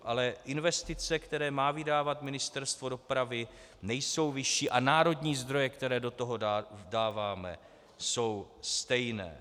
Ale investice, které má vydávat Ministerstvo dopravy, nejsou vyšší a národní zdroje, které do toho dáváme, jsou stejné.